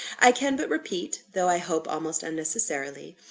i can but repeat, though i hope almost unnecessarily,